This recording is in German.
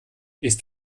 isst